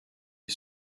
est